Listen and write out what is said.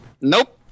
Nope